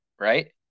right